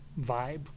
vibe